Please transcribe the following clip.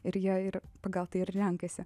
ir jie ir pagal tai ir renkasi